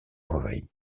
envahi